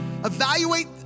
Evaluate